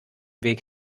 weg